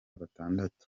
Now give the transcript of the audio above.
batandatu